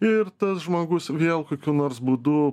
ir tas žmogus vėl kokiu nors būdu